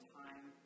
time